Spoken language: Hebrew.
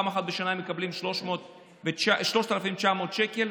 פעם אחת בשנה הם מקבלים 3,900 שקל,